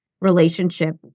relationship